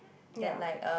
ya